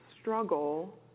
struggle